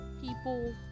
people